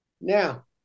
Now